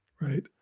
right